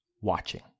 watching